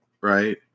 Right